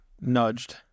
Nudged